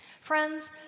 Friends